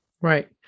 Right